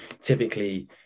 typically